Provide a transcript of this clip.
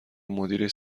مدیرش